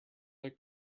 their